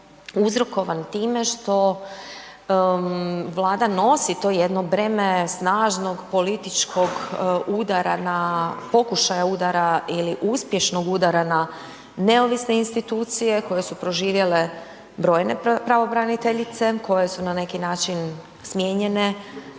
uzrokovan time što Vlada nosi to jedno breme snažnog političkog udara na, pokušaj udara ili uspješnog udara na neovisne institucije koje su proživjele brojne pravobraniteljice koje su na neki način smijenjene,